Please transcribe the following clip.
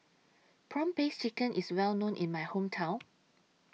Prawn Paste Chicken IS Well known in My Hometown